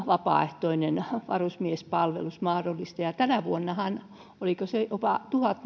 vapaaehtoinen varusmiespalvelus mahdollista tänä vuonnahan tähän osallistui oliko se jopa tuhat